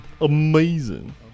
Amazing